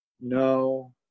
no